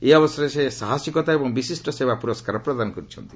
ଏହି ଅବସରରେ ସେ ଶାହସୀକତା ଏବଂ ବିଶିଷ୍ଟ ସେବା ପୁରସ୍କାର ପ୍ରଦାନ କରିଛନ୍ତି